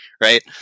Right